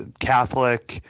Catholic